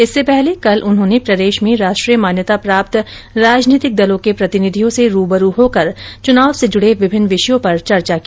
इससे पहले कल उन्होंने प्रदेश में राष्ट्रीय मान्यता प्राप्त राजनीतिक दलों के प्रतिनिधियों से रूबरू होकर चनाव से जड़े विभिन्न विषयों पर चर्चा की